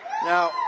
Now